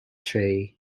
tree